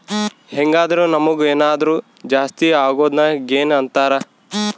ಹೆಂಗಾದ್ರು ನಮುಗ್ ಏನಾದರು ಜಾಸ್ತಿ ಅಗೊದ್ನ ಗೇನ್ ಅಂತಾರ